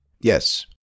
Yes